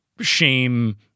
shame